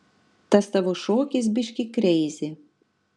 tas tavo šokis biški kreizi